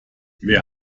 wer